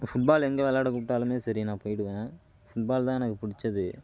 football எங்கே விளாட கூப்பிடாலுமே சரி நான் போயிடுவேன் ஃபுட்பால் தான் எனக்கு பிடிச்சது